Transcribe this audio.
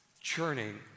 churning